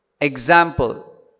example